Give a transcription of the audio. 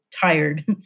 tired